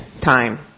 time